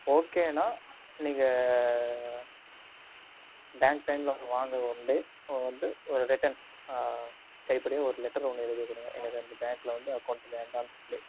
ஓகேனா நீங்கள் பேங்க் டைம்மில் வாங்க ஒன் டே வந்து ரிட்டன் கைப்படையே ஒரு லெட்டர் ஒன்று எழுதிக் கொடுங்க எனக்கு அந்த பேங்க்கில் வந்து அக்கோண்ட் வேண்டான்னு சொல்லி